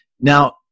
Now